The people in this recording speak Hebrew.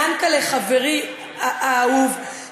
יענקל'ה חברי האהוב,